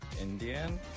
Indian